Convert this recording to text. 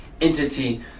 entity